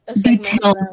details